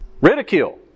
Ridicule